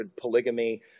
polygamy